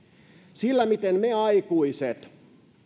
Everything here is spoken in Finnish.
sillä miten me aikuiset